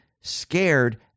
scared